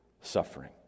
suffering